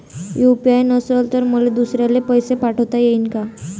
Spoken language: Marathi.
यू.पी.आय नसल तर मले दुसऱ्याले पैसे पाठोता येईन का?